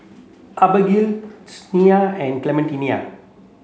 Abagail and Clementina